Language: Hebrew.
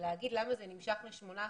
להגיד למה זה נמשך לשמונה חודשים,